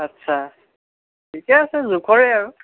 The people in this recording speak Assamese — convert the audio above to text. আচ্ছা ঠিকে আছে জোখৰেই আৰু